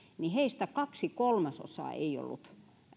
kaksi kolmasosaa siis riskiryhmään kuuluvista lääkäreistä ei ollut